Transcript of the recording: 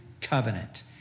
covenant